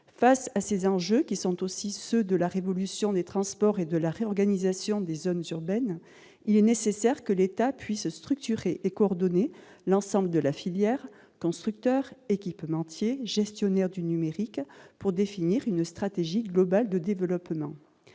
de ces enjeux, qui sont aussi ceux de la révolution des transports et de la réorganisation des zones urbaines, il est nécessaire que l'État puisse structurer et coordonner l'ensemble de la filière- constructeurs, équipementiers, professionnels du numérique -pour définir une stratégie globale de développement.